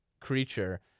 creature